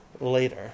later